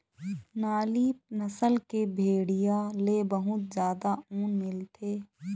नाली नसल के भेड़िया ले बहुत जादा ऊन मिलथे